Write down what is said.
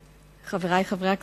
חברי חברי הכנסת,